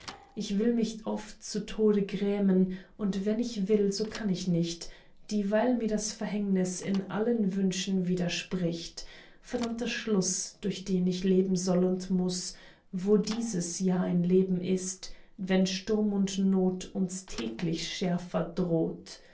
ich will mich oft zu tode grämen und wenn ich will so kann ich nicht dieweil mir das verhängnis in allen wünschen widerspricht verdammter schluß durch den ich leben soll und muß wo dieses ja ein leben ist wenn sturm und not uns täglich schärfer droht